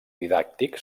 didàctic